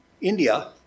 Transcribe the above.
India